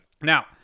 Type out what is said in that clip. now